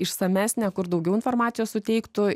išsamesnę kur daugiau informacijos suteiktų